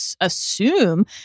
assume